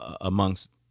amongst